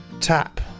tap